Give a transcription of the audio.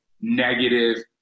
negative